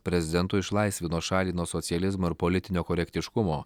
prezidentu išlaisvino šalį nuo socializmo ir politinio korektiškumo